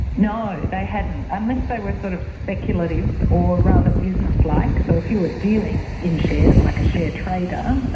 no, they hadn't, unless they were sort of speculative or rather business-like, so if you were dealing in shares like a share trader,